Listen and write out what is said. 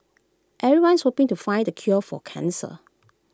everyone's hoping to find the cure for cancer